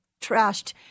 trashed